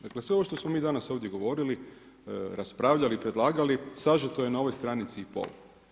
Dakle, sve ovo što smo mi danas, ovdje govorili, raspravljali, predlagali sažeto je na ovoj stranici i pol.